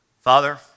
Father